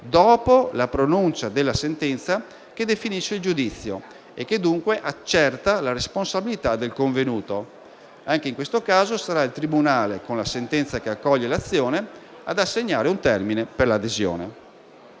dopo la pronuncia della sentenza che definisce il giudizio, e che dunque accerta la responsabilità del convenuto. Anche in questo caso sarà il tribunale, con la sentenza che accoglie l'azione, ad assegnare un termine per l'adesione.